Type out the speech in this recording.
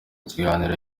kiganiro